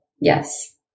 Yes